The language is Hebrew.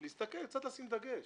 להסתכל, לשים דגש.